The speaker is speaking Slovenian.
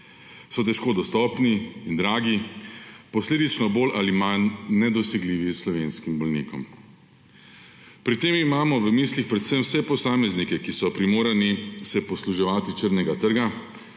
so težko dostopni in dragi, posledično bolj ali manj nedosegljivi slovenskim bolnikom. Pri tem imamo v mislih predvsem vse posameznike, ki so se primorani posluževati črnega trga